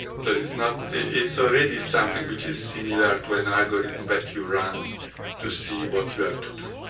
so it's not it's already something which is similar to an algorithm that you run to see what you have to do.